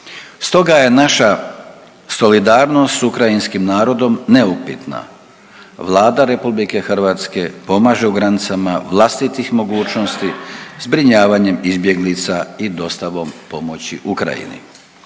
Stoga je naša solidarnost s ukrajinskim narodom neupitna. Vlada RH pomaže u granicama vlastitih mogućnosti zbrinjavanjem izbjeglica i dostavom pomoći Ukrajini.